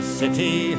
city